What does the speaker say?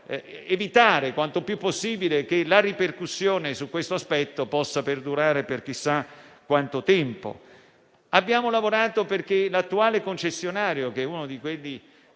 evitare quanto più possibile che la ripercussione su questo aspetto possa perdurare per chissà quanto tempo. Abbiamo lavorato perché sia coinvolto l'attuale concessionario - che è uno di quelli